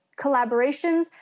collaborations